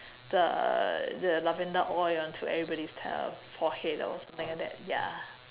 the the lavender oil onto everybody's uh forehead or something like that ya